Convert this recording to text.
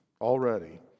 already